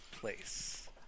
place